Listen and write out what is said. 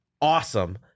Awesome